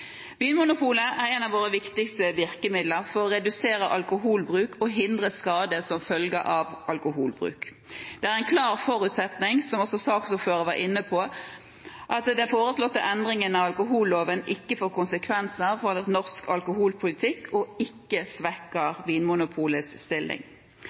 Vinmonopolet er et av våre viktigste virkemidler for å redusere alkoholbruk og hindre skade som følge av alkoholbruk. Det er en klar forutsetning, som også saksordføreren var inne på, at den foreslåtte endringen av alkoholloven ikke får konsekvenser for den norske alkoholpolitikken og ikke svekker Vinmonopolets stilling.